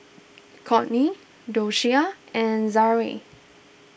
Cortney Doshia and Zaire